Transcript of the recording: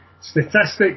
statistics